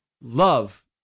love